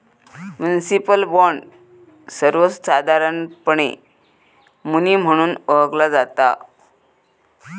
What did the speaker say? municipal bond, सर्वोसधारणपणे मुनी म्हणून ओळखला जाता